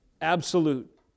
absolute